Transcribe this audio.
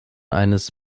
eines